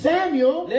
Samuel